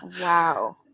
Wow